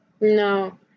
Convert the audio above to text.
No